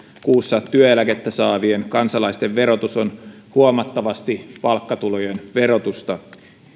kuussa työeläkettä saavien kansalaisten verotus on huomattavasti palkkatulojen verotusta